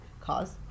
Cause